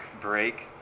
break